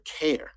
care